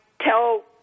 tell